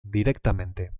directamente